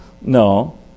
No